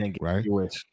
right